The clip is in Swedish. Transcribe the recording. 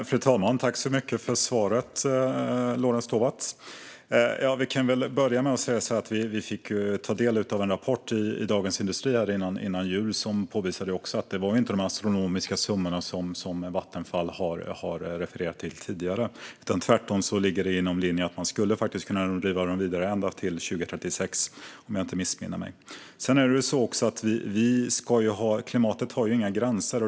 Fru talman! Tack så mycket för svaret, Lorentz Tovatt! Vi kan väl börja med att säga att vi fick ta del av en rapport i Dagens industri före jul som påvisade att det inte var de astronomiska summor som Vattenfall tidigare har refererat till. Tvärtom skulle man faktiskt kunna driva dem vidare ända till 2036, om jag inte missminner mig. Klimatet har inga gränser.